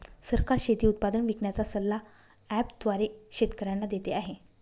सरकार शेती उत्पादन विकण्याचा सल्ला ॲप द्वारे शेतकऱ्यांना देते आहे